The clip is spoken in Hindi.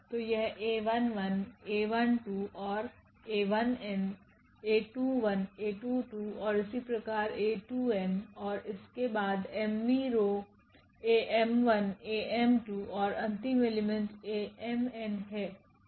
तो यह𝑎11 𝑎12 ओर 𝑎1𝑛𝑎21𝑎22 ओर इसी प्रकार 𝑎2𝑛 और इसके बाद mवी रो 𝑎𝑚1 𝑎𝑚2 ओर अंतिम एलिमेंट 𝑎𝑚𝑛है